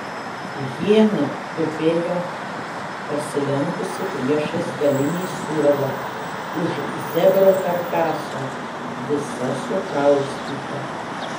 hiena tupėjo pasilenkusi priešais galinį suolą už zebro karkaso visa sukaustyta